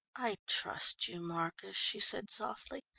i trust you, marcus, she said softly.